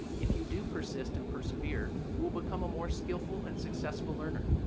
if you do persist and persevere, you will become a more skillful and successful learner.